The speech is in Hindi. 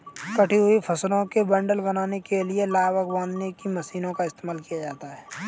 कटी हुई फसलों के बंडल बनाने के लिए लावक बांधने की मशीनों का इस्तेमाल किया जाता है